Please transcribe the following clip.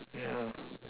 yeah